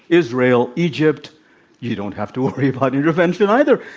israel, egypt you don't have to worry about intervention either,